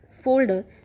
folder